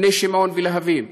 בני שמעון ולהבים.